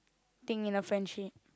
thing in a friendship